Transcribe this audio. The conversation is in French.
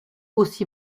aussi